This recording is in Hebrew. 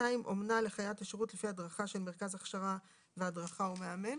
(2)אומנה לחיית השירות לפי הדרכה של מרכז הכשרה והדרכה או מאמן,